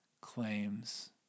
claims